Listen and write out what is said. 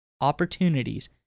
opportunities